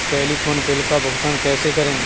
Telephone bill का भुगतान कैसे करें?